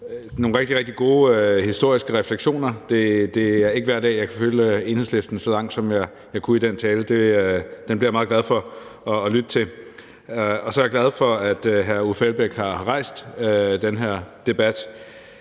rigtig, rigtig gode historiske reflektioner. Det er ikke hver dag, jeg kan følge Enhedslisten så langt, som jeg kunne i den tale. Den blev jeg meget glad for at lytte til. Og så er jeg meget glad for, at hr. Uffe Elbæk har rejst den her debat.